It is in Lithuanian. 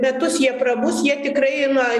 metus jie prabus jie tikrai na